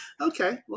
okay